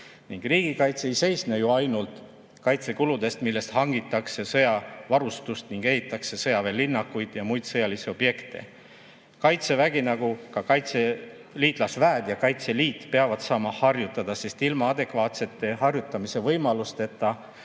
Riigikaitse ei seisne ju ainult kaitsekuludes, millest hangitakse sõjavarustust ning ehitatakse sõjaväelinnakuid ja muid sõjalisi objekte. Kaitsevägi, nagu ka liitlasväed ja Kaitseliit peavad saama harjutada, sest ilma adekvaatsete harjutamise võimalusteta